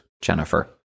Jennifer